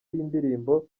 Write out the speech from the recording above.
yindirimbo